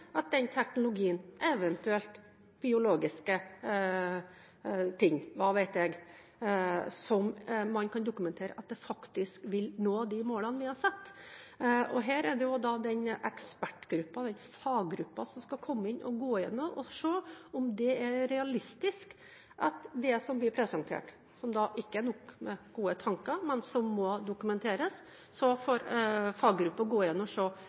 at den teknologien – eventuelt biologiske ting, hva vet jeg – faktisk vil nå de målene vi har satt. Her er det ekspertgruppen, faggruppen, som skal komme inn og gå igjennom og se om det er realistisk at det som blir presentert – hvor det ikke nok med gode tanker, det må dokumenteres